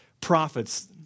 prophets